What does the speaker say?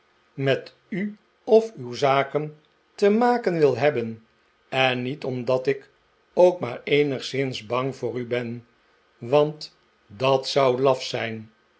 met u of uw zaken te maken wil hebben en niet omdat ik ook maar eenigszins bang voor u ben want dat zou laf zijn